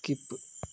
skip